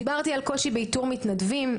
דיברתי על קושי באיתור מתנדבים,